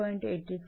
86 आहे हे 25